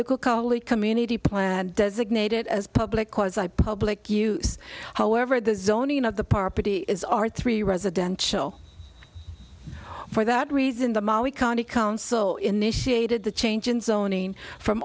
cali community plan designated as public cause i public use however the zoning of the property is our three residential for that reason the molly county council initiated the change